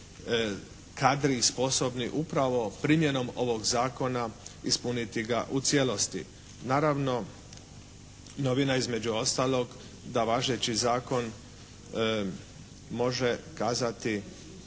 kadri i sposobni upravo primjenom ovog zakona ispuniti ga u cijelosti. Naravno novina između ostalog da važeći zakon može kazati